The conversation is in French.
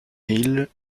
hill